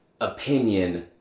opinion